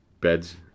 Beds